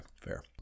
fair